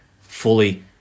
fully